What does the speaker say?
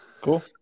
Cool